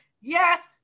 yes